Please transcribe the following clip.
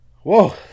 whoa